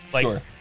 Sure